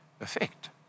effect